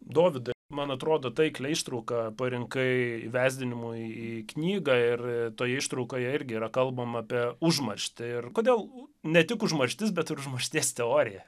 dovydai man atrodo taikliai ištrauką parinkai įvesdinimui į knygą ir toje ištraukoje irgi yra kalbama apie užmarštį ir kodėl ne tik užmarštis bet ir užmaršties teorija